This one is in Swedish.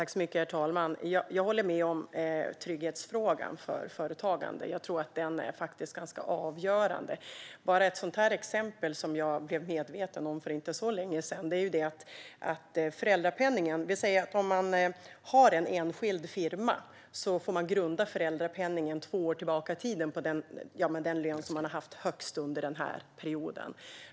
Herr talman! Jag håller med om trygghetsfrågan för företagande. Jag tror att den är ganska avgörande. Jag kan nämna ett exempel som jag blev medveten om för inte så länge sedan. Om man har en enskild firma får man grunda föräldrapenningen på den högsta lön man har haft två år tillbaka i tiden.